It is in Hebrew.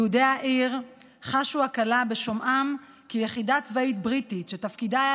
יהודי העיר חשו הקלה בשומעם כי יחידה צבאית בריטית שתפקידה היה